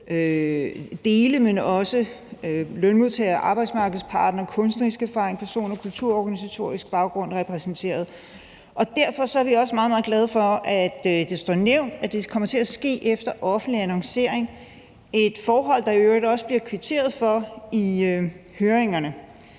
samfundet som lønmodtagere, arbejdsmarkedets parter, folk med kunstnerisk erfaring og personer med kulturorganisatorisk baggrund repræsenteret. Derfor er vi også meget, meget glade for, at det står nævnt, at det kommer til at ske efter offentlig annoncering – et forhold, der i øvrigt også bliver kvitteret for i høringssvarene.